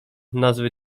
nazwy